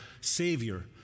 savior